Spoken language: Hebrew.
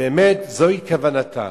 שבאמת זו כוונתם,